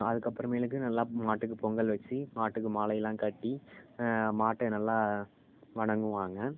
அதுக்கப்பறமேலுக்கு நல்லா மாட்டுக்குப் பொங்கல் வெச்சி மாட்டுக்கு மாலையெல்லாம் கட்டி மாட்டை நல்லா வணங்குவாங்க